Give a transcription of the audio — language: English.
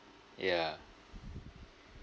yeah